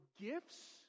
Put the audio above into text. gifts